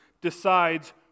decides